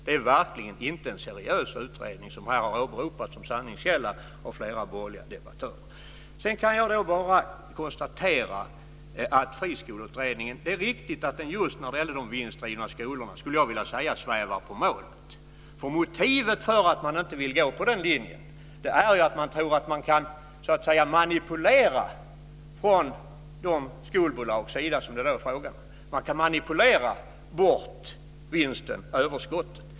Det är verkligen inte en seriös utredning som här har åberopats som sanningskälla av flera borgerliga debattörer. Jag kan då bara konstatera att det är riktigt att Friskoleutredningen just när det gäller de vinstdrivande skolorna svävar på målet. Motivet för att man inte vill gå på den linjen är ju att man tror att skolbolagen kan manipulera bort vinsten och överskottet.